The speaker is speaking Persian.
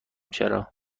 چرا